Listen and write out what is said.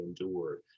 endured